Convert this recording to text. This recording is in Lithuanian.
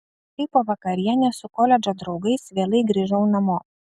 kai po vakarienės su koledžo draugais vėlai grįžau namo